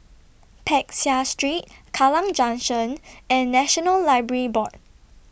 Peck Seah Street Kallang Junction and National Library Board